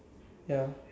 ya